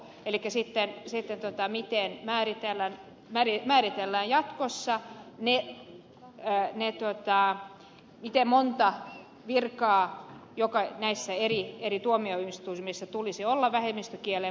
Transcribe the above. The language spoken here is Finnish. eli käsittää sekä totta miten määritellään värimääritelmään jatkossa määritellään miten monta virkaa eri tuomioistuimissa tulisi olla vähemmistökielen perusteella